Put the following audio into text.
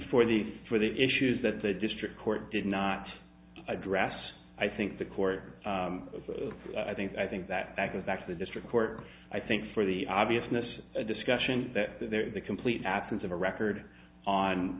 for the for the issues that the district court did not address i think the court i think i think that that goes back to the district court i think for the obviousness of the discussion that there is the complete absence of a record on